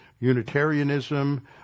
unitarianism